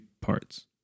parts